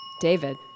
David